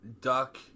Duck